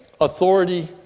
Authority